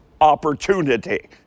opportunity